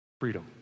freedom